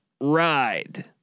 ride